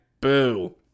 Boo